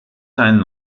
seinen